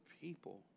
people